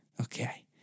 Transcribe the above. Okay